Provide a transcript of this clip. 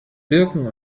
birken